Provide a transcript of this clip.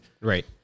Right